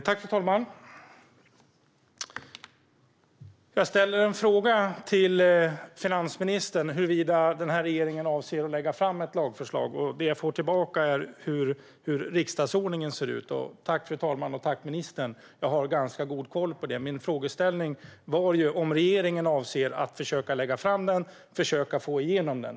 Fru talman! Jag ställde en fråga till finansministern huruvida regeringen avser att lägga fram ett lagförslag. Det jag får tillbaka är hur riksdagsordningen ser ut. Tack, fru talman, och tack, ministern, men jag har ganska god koll på det! Min frågeställning var om regeringen avser att försöka lägga fram det och försöka få igenom det.